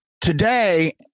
today